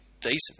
decent